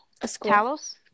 Talos